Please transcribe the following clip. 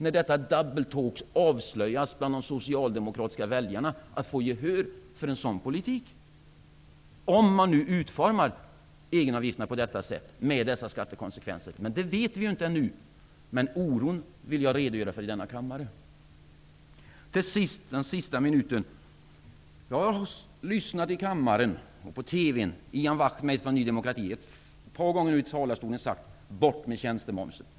När detta ''double talk'' avslöjas bland de socialdemokratiska väljarna lär det bli svårt att få gehör för en sådan politik, om man nu utformar egenavgifterna på detta sätt, med dessa skattekonsekvenser. Det vet vi inte ännu, men oron vill jag redogöra för i denna kammare. Jag har lyssnat i kammaren och vid TV:n till hur Ian Wachtmeister från Ny demokrati ett par gånger i talarstolen har sagt: Bort med tjänstemomsen!